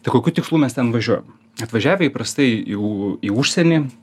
tai kokiu tikslu mes ten važiuojam atvažiavę įprastai jau į užsienį